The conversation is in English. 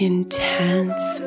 Intense